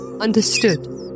understood